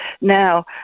Now